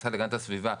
משרד להגנת הסביבה.